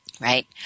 right